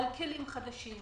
על כלים חדשים,